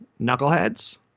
knuckleheads